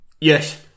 Yes